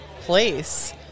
place